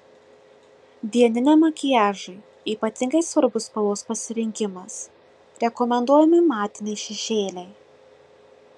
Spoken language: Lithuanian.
dieniniam makiažui ypatingai svarbus spalvos parinkimas rekomenduojami matiniai šešėliai